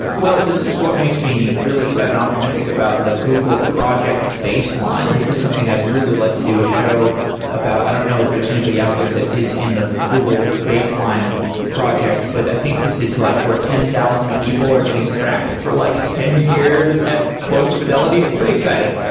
well, this is what makes me really excited and optimistic about the google project baseline. this is something i'd really like to do a show about. i don't know if there's anybody out there that is in the google baseline project, but i think this is like where ten thousand people are getting tracked for like ten years at close fidelity, pretty exciting.